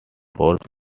fourth